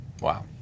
Wow